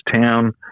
Town